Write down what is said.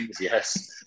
Yes